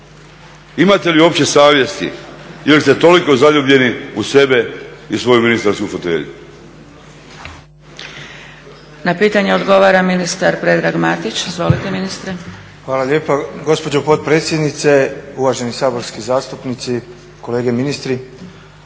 Imate li uopće savjesti ili ste toliko zaljubljeni u sebe i u svoju ministarsku fotelju?